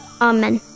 amen